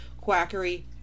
quackery